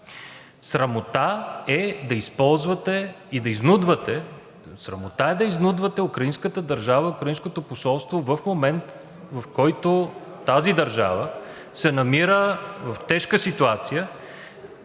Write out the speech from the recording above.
срамота е да изнудвате украинската държава, украинското посолство в момент, в който тази държава се намира в тежка ситуация,